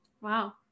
wow